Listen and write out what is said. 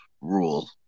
rule